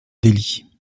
délit